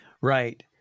Right